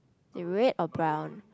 the red or brown